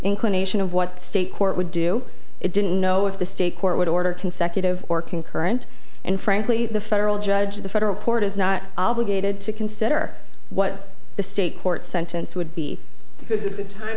inclination of what state court would do it didn't know if the state court would order consecutive or concurrent and frankly the federal judge the federal court is not obligated to consider what the state court sentence would be because the